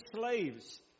slaves